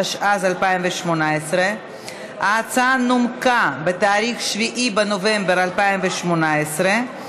התשע"ז 2018. ההצעה נומקה ב-7 בנובמבר 2018,